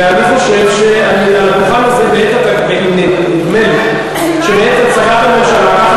ואני חושב שמהדוכן הזה, נדמה לי, בעת הצגת הממשלה,